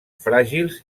fràgils